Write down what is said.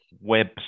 web